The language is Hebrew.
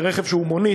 לרכב שהוא מונית,